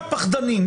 פחדנים,